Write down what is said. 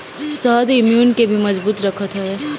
शहद इम्यून के भी मजबूत रखत हवे